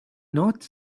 not